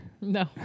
No